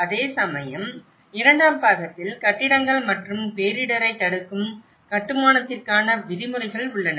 அதேசமயம் இரண்டாம் பாகத்தில் கட்டிடங்கள் மற்றும் பேரிடரைத் தடுக்கும் கட்டுமானத்திற்கான விதிமுறைகள் உள்ளன